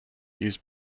used